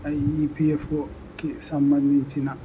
ఈ E P F ఓకి సంబంధించిన